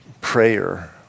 prayer